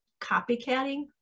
copycatting